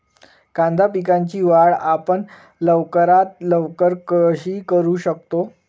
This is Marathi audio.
कांदा पिकाची वाढ आपण लवकरात लवकर कशी करू शकतो?